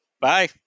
Bye